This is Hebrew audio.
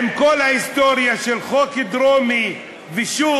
עם כל ההיסטוריה של חוק דרומי ושות',